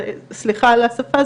סליחה על השפה,